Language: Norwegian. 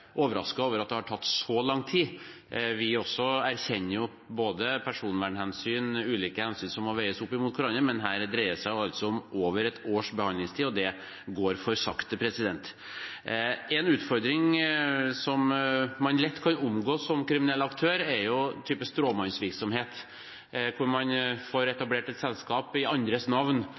over at det har tatt så lang tid. Også vi erkjenner både personvernhensyn og ulike andre hensyn som må veies opp mot hverandre, men her dreier det seg om over ett års behandlingstid, og det går for sakte. En utfordring man lett kan omgå som kriminell aktør, er stråmannsvirksomhet, hvor man får etablert et selskap i andres navn